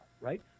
right